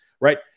Right